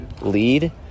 lead